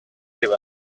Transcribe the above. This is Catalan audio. iva